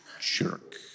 jerk